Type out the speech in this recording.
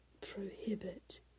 prohibit